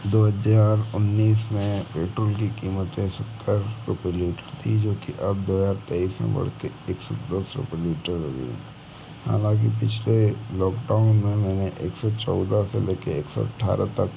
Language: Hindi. दो हज़ार उन्नीस में पेट्रोल की कीमत है सत्तर रुपये लीटर थी जो कि अब दो हज़ार तेईस में बढ़ के एक सौ दस रुयये लीटर हो गई है हालाँकि पिछले लॉकडाउन में मैंने एक सौ चौदह से लेकर एक सौ अठारह तक